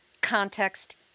context